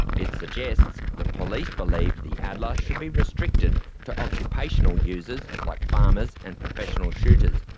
it suggests that police believed the adler should be restricted to occupational users, like farmers and professional shooters,